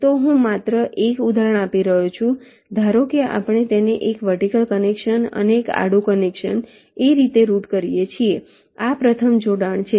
તો હું માત્ર એક ઉદાહરણ આપી રહ્યો છું ધારો કે આપણે તેને એક વર્ટિકલ કનેક્શન અને એક આડું કનેક્શન એ રીતે રૂટ કરીએ છીએ આ પ્રથમ જોડાણ છે